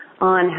on